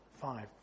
five